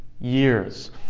years